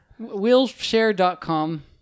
Wheelshare.com